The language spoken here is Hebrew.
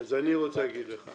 אז אני רוצה להגיד לך: